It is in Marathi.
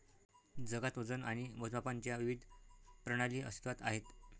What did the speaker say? जगात वजन आणि मोजमापांच्या विविध प्रणाली अस्तित्त्वात आहेत